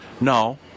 No